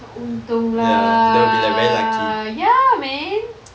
untung lah ya man